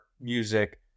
music